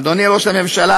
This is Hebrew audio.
אדוני ראש הממשלה,